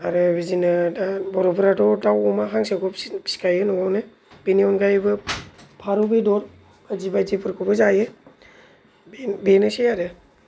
आरो बिदिनो दा बर'फोराथ' दाव अमा हांसोखौ फिनो फिखायो न'आवनो बिनि अनगायैबो फारौ बेदर बायदि बायदि फोरखौबो जायो बे बेनोसै आरो